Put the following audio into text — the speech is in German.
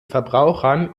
verbrauchern